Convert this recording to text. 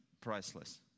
priceless